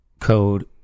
code